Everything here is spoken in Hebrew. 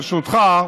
ברשותך,